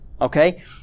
Okay